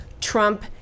Trump